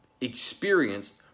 experienced